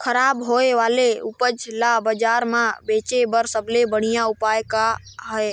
खराब होए वाले उपज ल बाजार म बेचे बर सबले बढ़िया उपाय का हे?